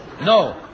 No